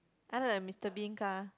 I like the Mister Bean car